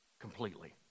Completely